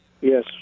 Yes